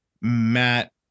Matt